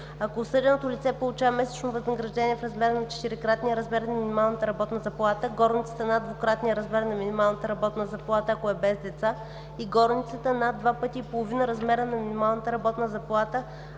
ако осъденото лице получава месечно възнаграждение в размер над четирикратния размер на минималната работна залата – горницата над двукратния размер на минималната работна заплата, ако е без деца, и горницата над два пъти и половина размера на минималната работна заплата,